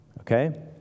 okay